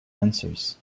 answers